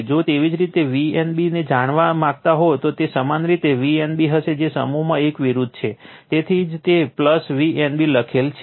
જો તેવી જ રીતે Vnb ને જાણવા માંગતા હોય તો તે સમાન રીતે Vnb હશે જે સમૂહમાં એકની વિરુદ્ધ છે તેથી જ તે Vnb લખાયેલ છે